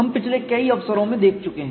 हम पिछले कई अवसरों में देख चुके है